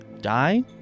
die